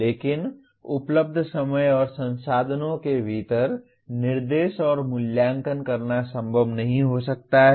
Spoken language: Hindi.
लेकिन उपलब्ध समय और संसाधनों के भीतर निर्देश और मूल्यांकन करना संभव नहीं हो सकता है